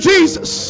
Jesus